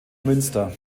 münster